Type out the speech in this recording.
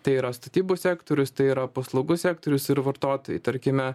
tai yra statybų sektorius tai yra paslaugų sektorius ir vartotojai tarkime